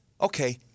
Okay